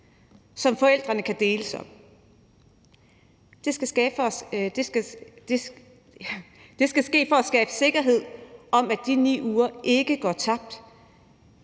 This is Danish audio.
som forældrene kan deles om. Det skal ske for at skabe sikkerhed for, at de 9 uger ikke går tabt,